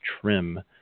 trim